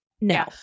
No